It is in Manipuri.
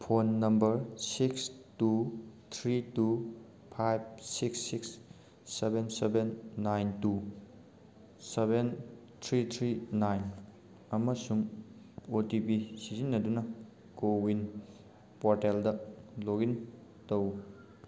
phone number six two three two five six six seven seven nine two seven three three nine ꯑꯃꯁꯨꯡ ꯑꯣ ꯇꯤ ꯄꯤ ꯁꯤꯖꯤꯟꯅꯗꯨꯅ ꯀꯣꯋꯤꯟ ꯄꯣꯔꯇꯦꯜꯗ ꯂꯣꯒ ꯏꯟ ꯇꯧ